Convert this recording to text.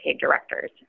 Directors